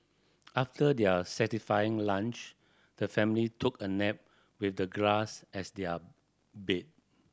after their satisfying lunch the family took a nap with the grass as their bed